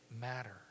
matter